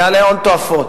וזה יעלה הון תועפות.